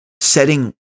setting